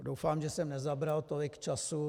Doufám, že jsem nezabral tolik času.